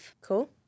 Cool